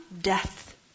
death